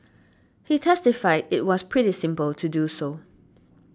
he testified it was pretty simple to do so